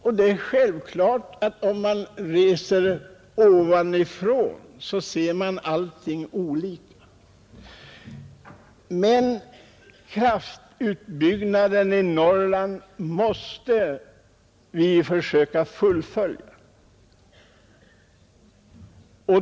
Om man reser på det sättet ser man naturligtvis allt ovanifrån. Kraftutbyggnaden i Norrland måste vi försöka fullfölja.